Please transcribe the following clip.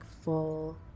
full